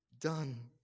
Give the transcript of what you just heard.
done